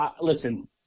listen